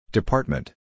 Department